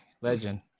legend